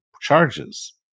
charges